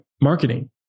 marketing